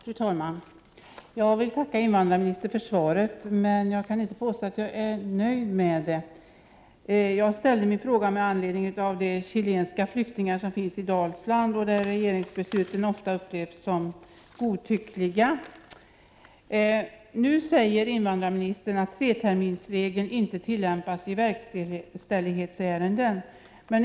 Fru talman! Jag vill tacka invandrarministern för svaret, men jag kan inte påstå att jag är nöjd med det. Jag ställde min fråga mot bakgrund av de chilenska flyktingarna i Dalsland. Regeringens beslut upplevs ofta av dem som godtyckliga. Nu säger invandrarministern att treterminsregeln inte tillämpas i verkställighetsärenden.